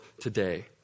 today